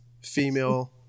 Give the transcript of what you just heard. female